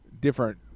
different